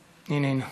הנה, הנה.